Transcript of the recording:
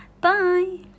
Bye